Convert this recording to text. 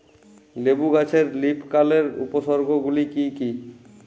লেবু গাছে লীফকার্লের উপসর্গ গুলি কি কী?